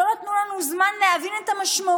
שלא נתנו לנו זמן להבין את המשמעויות,